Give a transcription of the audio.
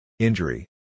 Injury